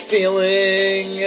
Feeling